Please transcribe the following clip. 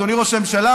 אדוני ראש הממשלה,